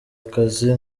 akazi